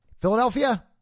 Philadelphia